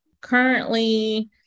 currently